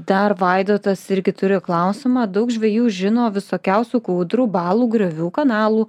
dar vaidotas irgi turi klausimą daug žvejų žino visokiausių kūdrų balų griovių kanalų